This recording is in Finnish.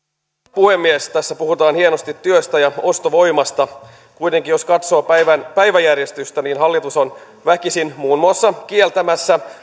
puhemies tässä puhutaan hienosti työstä ja ostovoimasta kuitenkin jos katsotaan päivän päiväjärjestystä niin hallitus on väkisin muun muassa kieltämässä